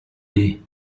day